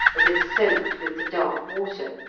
as if soaked with the dark water.